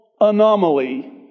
anomaly